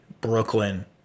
Brooklyn